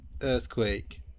earthquake